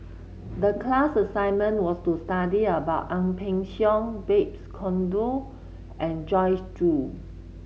the class assignment was to study about Ang Peng Siong Babes Conde and Joyce Jue